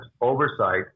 oversight